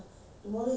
(uh huh)